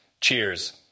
Cheers